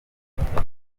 abafana